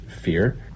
fear